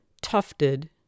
tufted